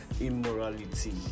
immorality